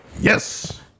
Yes